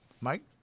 Mike